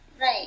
right